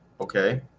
okay